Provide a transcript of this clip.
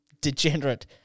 degenerate